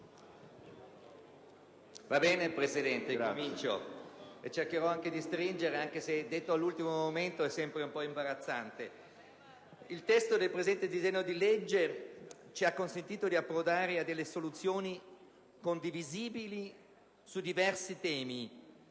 il testo del presente disegno di legge ci ha consentito di approdare a soluzioni condivisibili su diversi temi,